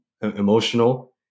emotional